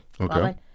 Okay